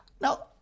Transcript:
Now